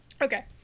Okay